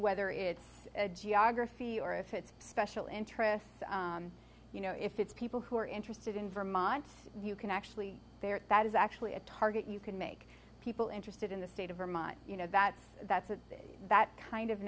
whether it's geography or if it's special interest you know if it's people who are interested in vermont you can actually there that is actually a target you can make people interested in the state of vermont you know that that's it that kind of